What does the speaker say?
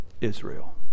Israel